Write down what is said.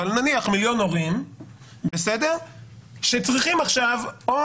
אבל נניח מיליון הורים שצריכים עכשיו או